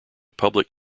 public